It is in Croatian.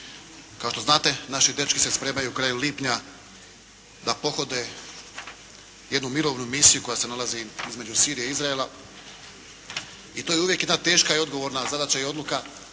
Kao što znate naši dečki se spremaju krajem lipnja na pohode, jednu mirovnu misiju koja se nalazi između Sirije i Izraela i to je uvijek jedna teška i odgovorna zadaća i odluka.